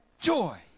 Joy